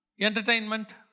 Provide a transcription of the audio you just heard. entertainment